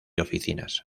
oficinas